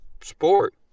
sport